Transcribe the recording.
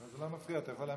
זה לא מפריע, אתה יכול להמשיך.